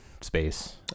space